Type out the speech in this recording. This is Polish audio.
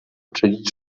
czynić